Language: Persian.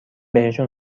بهشون